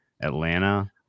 atlanta